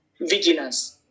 Vigilance